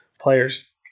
players